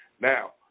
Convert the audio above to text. now